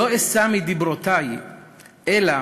לא אשא מדברותי אלא